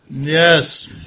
yes